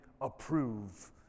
approve